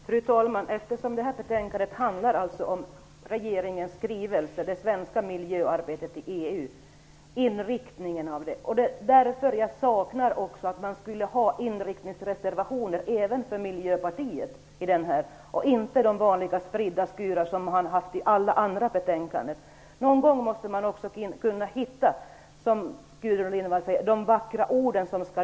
Fru talman! Detta betänkande handlar om regeringens skrivelse om inriktningen av det svenska miljöarbetet i EU. Därför önskar jag att också Miljöpartiet hade skrivit inriktningsreservationer i stället för de vanliga spridda skurar som man har i alla andra betänkanden. Någon gång måste man kunna hitta de vackra orden.